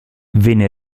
viene